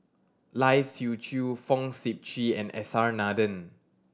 Lai Siu Chiu Fong Sip Chee and S R Nathan